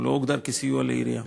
הוא לא הוגדר כסיוע לעירייה.